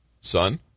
Son